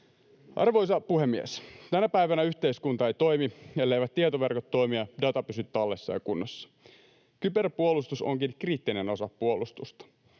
Arvoisa puhemies! Tänä päivänä yhteiskunta ei toimi, elleivät tietoverkot toimi ja data pysy tallessa ja kunnossa. Kyberpuolustus onkin kriittinen osa puolustusta.